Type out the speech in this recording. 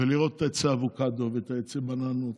ולראות את עצי האבוקדו ואת עצי הבננות